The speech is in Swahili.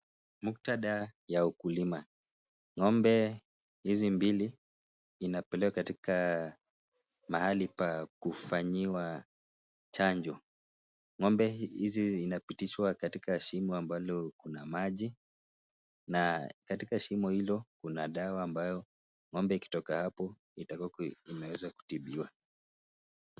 Muktadha ya ukulima, ng'ombe hizi mbili inapelekwa katika mahali pa kufanyiwa chanjo ngo'mbe hizi inapitishwa katika shimo ambalo kuna maji na katika shimo hilo kuna dawa ambayo ng'ombe ikitoka hapo itakuwako imeweza kutibiwa.